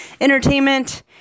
entertainment